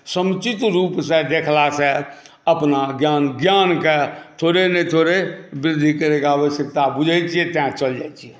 समुचित रूपसे देखलासे अपना ज्ञान ज्ञानके छोड़ै नहि छोड़ै वृद्धि करैके आवश्यकता बुझै छियै तैं चलि जाइ छी